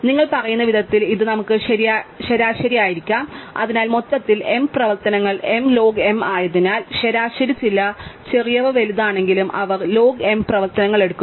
നിങ്ങൾ പറയുന്ന വിധത്തിൽ ഇത് നമുക്ക് ശരാശരിയാക്കാം അതിനാൽ മൊത്തത്തിൽ m പ്രവർത്തനങ്ങൾ m ലോഗ് m ആയതിനാൽ ശരാശരി ചില ചെറിയവ വലുതാണെങ്കിലും അവർ ലോഗ് എം പ്രവർത്തനങ്ങൾ എടുക്കുന്നു